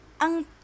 ang